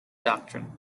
doctrine